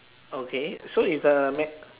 okay so is the ma~